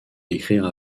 écrire